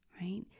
right